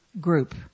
group